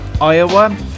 Iowa